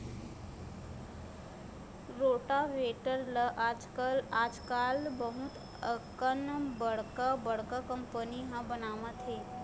rotavator ल आजकाल बहुत अकन बड़का बड़का कंपनी ह बनावत हे